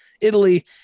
Italy